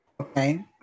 Okay